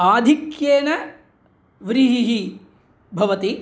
आधिक्येन व्रीहयः भवति